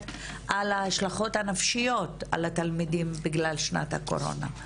על ההשלכות הנפשיות על התלמידים בגלל שנת הקורונה.